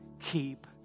keep